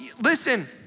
listen